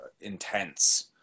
intense